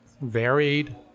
varied